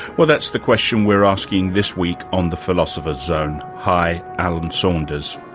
well that's the question we're asking this week on the philosopher's zone. hi, alan saunders.